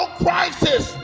crisis